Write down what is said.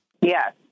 Yes